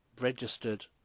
registered